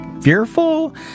fearful